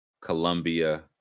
colombia